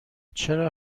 چرا